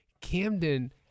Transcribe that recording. Camden